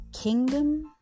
Kingdom